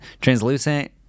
Translucent